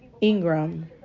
Ingram